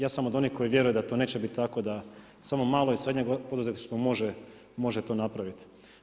Ja sam od onih koji vjeruju da to neće biti tako, da samo malo i srednje poduzetništvo može to napraviti.